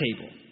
table